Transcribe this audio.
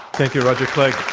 thank you, roger clegg.